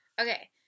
Okay